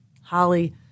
Holly